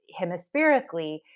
hemispherically